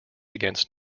against